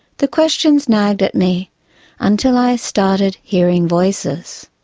the questions nagged at me until i started hearing voices.